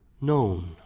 known